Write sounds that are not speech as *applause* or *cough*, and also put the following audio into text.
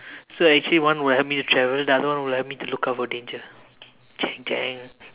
so actually one will help me to travel the other will help me to look out for danger *noise*